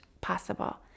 possible